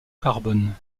carbone